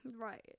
Right